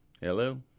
Hello